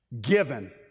given